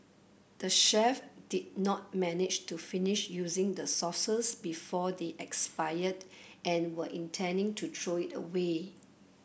the chef did not manage to finish using the sauces before they expired and were intending to throw it away